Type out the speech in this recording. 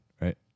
right